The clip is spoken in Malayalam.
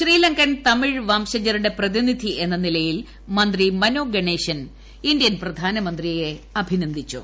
ശ്രീലിങ്കൻ തമിഴ് വംശജരുടെ പ്രതിനിധി എന്ന നിലയിൽ മന്ത്രി പ്രമർനോ ഗണേശൻ ഇന്ത്യൻ പ്രധാനമന്ത്രിയെ അഭിനന്ദിച്ചു